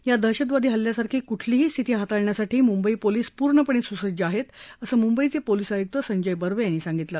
या दहशतवादी हल्ल्यासारखी कुठलीही स्थिती हाताळण्यासाठी मुंबई पोलीस पूर्णपणे सुसज्ज आहेत असं मुंबईचे पोलीस आयुक्त संजय बर्वे यांनी सांगितलं